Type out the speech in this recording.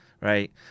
right